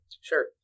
Sure